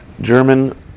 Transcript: German